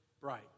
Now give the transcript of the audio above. bright